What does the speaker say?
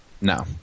No